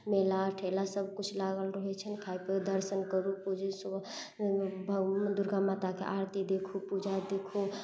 मेला उठेला सबकिछु लागल रहै छै खाइ पे दर्शन करू पूजा दुर्गा माताके आरती देखू पूजा देखू